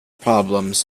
problems